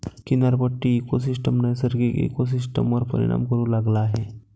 किनारपट्टी इकोसिस्टम नैसर्गिक इकोसिस्टमवर परिणाम करू लागला आहे